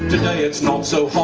today it's not so